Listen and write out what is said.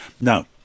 Now